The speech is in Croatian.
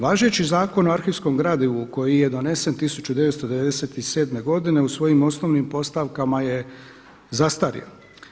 Važeći zakon o arhivskom gradivu koji je donesen 1997. godine u svojim osnovnim postavkama je zastario.